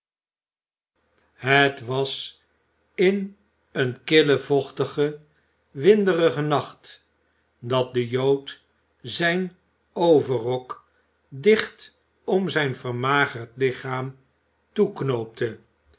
het was in een killen vochtigen winderigen nacht dat de jood zijn overrok dicht om zijn vermagerd lichaam toeknoopte